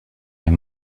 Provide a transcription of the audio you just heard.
your